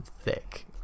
thick